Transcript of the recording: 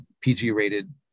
PG-rated